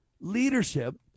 leadership